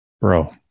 Bro